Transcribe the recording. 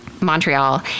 Montreal